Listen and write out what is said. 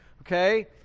okay